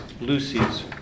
Lucy's